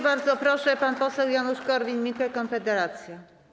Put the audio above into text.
Bardzo proszę, pan poseł Janusz Korwin-Mikke, Konfederacja.